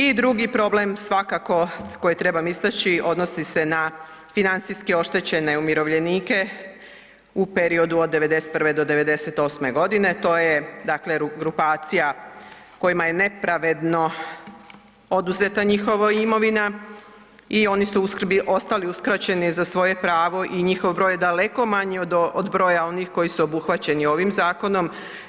I drugi problem svakako koji trebam istaći odnosi se na financijski oštećene umirovljenike u periodu od '91.do '98.godine dakle to je grupacija kojima je nepravedno oduzeta njihova imovina i oni su ostali uskraćeni za svoje pravo i njihov broj je daleko manji od broja onih koji su obuhvaćeni ovim zakonom.